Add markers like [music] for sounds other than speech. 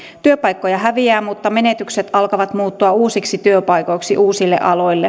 työpaikkoja häviää mutta menetykset alkavat muuttua uusiksi työpaikoiksi uusille aloille [unintelligible]